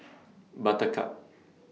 Buttercup